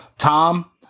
Tom